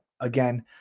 again